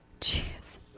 Jeez